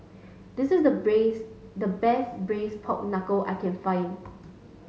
this is the braise the best braise pork knuckle I can find